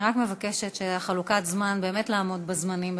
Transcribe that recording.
אני רק מבקשת באמת לעמוד בזמנים.